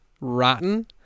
rotten